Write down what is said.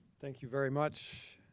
thank you very much.